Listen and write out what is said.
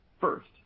First